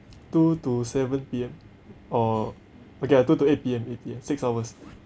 two to seven P_M or okay lah two to eight P_M eight P_M six hours